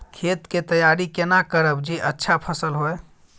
खेत के तैयारी केना करब जे अच्छा फसल होय?